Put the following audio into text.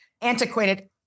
antiquated